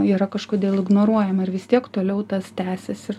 yra kažkodėl ignoruojama ir vis tiek toliau tas tęsias ir